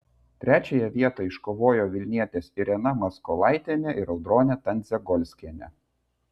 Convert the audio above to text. trečiąją vietą iškovojo vilnietės irena maskolaitienė ir audronė tendzegolskienė